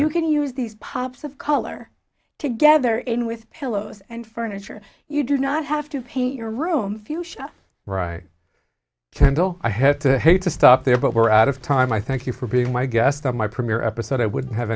you can use these pops of color together in with pillows and furniture you do not have to paint your room fuchsia right kendall i had to hate to stop there but we're out of time i thank you for being my guest on my premiere episode i would have